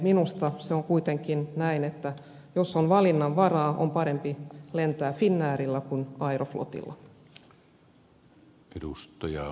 minusta se on kuitenkin näin että jos on valinnanvaraa on parempi lentää finnairilla kuin aeroflotilla